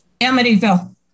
Amityville